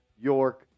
York